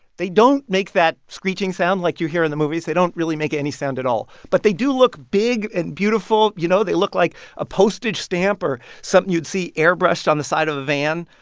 they don't make that screeching sound like you hear in the movies. they don't really make any sound at all, but they do look big and beautiful. you know, they look like a postage stamp or something you'd see airbrushed on the side of the van.